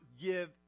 give